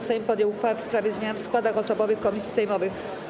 Sejm podjął uchwałę w sprawie zmian w składach osobowych komisji sejmowych.